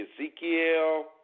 Ezekiel